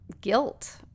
guilt